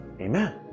Amen